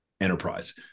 Enterprise